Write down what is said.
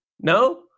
No